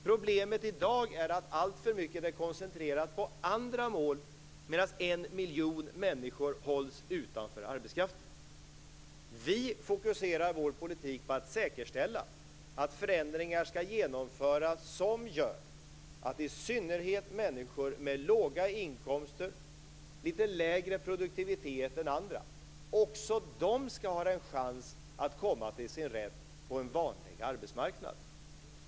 Problemet i dag är att alltför mycket är koncentrerat på andra mål, medan en miljon människor hålls utanför arbetskraften. Vi fokuserar vår politik på att säkerställa att förändringar skall genomföras som gör att i synnerhet människor med låga inkomster och litet lägre produktivitet än andra också skall ha en chans att komma till sin rätt på en vanlig arbetsmarknad.